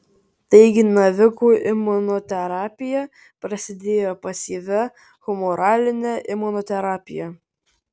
taigi navikų imunoterapija prasidėjo pasyvia humoraline imunoterapija